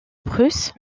prusse